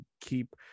keep